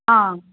ஆ